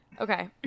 Okay